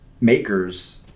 Makers